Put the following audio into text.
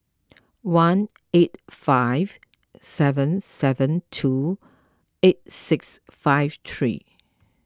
one eight five seven seven two eight six five three